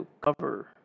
cover